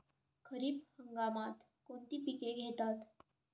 खरीप हंगामात कोणती पिके घेतात?